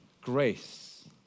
grace